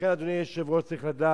לכן, אדוני היושב-ראש, צריך לדעת: